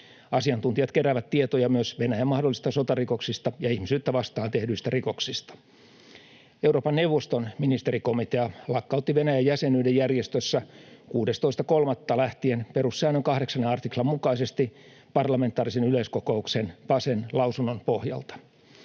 Asiantuntijat keräävät tietoja myös Venäjän mahdollisista sotarikoksista ja ihmisyyttä vastaan tehdyistä rikoksista. Euroopan neuvoston ministerikomitea lakkautti Venäjän jäsenyyden järjestössä 16.3. lähtien perussäännön 8. artiklan mukaisesti parlamentaarisen yleiskokouksen, PACEn lausunnon pohjalta.